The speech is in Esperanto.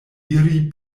iri